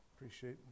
Appreciate